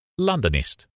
Londonist